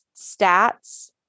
stats